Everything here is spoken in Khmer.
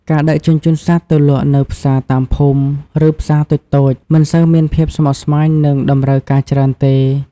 ការដឹកជញ្ជូនសត្វទៅលក់នៅផ្សារតាមភូមិ ឬផ្សារតូចៗមិនសូវមានភាពស្មុគស្មាញ និងតម្រូវការច្រើនទេ។